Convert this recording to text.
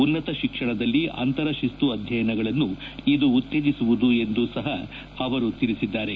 ಉನ್ನತ ಶಿಕ್ಷಣದಲ್ಲಿ ಅಂತರ ತಿಸ್ತು ಅಧ್ಯಯನಗಳನ್ನು ಇದು ಉತ್ತೇಜಿಸುವುದು ಎಂದು ಸಹ ಅವರು ತೀಚಿದ್ದಾರೆ